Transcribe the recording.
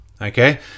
okay